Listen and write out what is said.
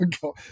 go